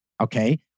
Okay